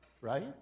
Right